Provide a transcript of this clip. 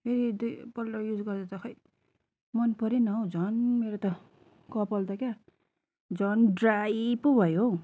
मेरो यो दुईपल्ट युज गर्दा त खै मनपरेन हौ झन मेरो त कपाल त क्या झन ड्राई पो भयो हौ